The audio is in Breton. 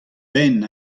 benn